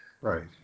Right